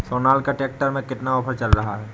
Sonalika tractor में कितना offer चल रहा है?